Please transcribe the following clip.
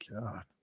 God